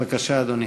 בבקשה, אדוני.